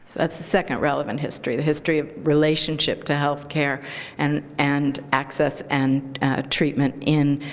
that's the second relevant history, the history of relationship to health care and and access and treatment in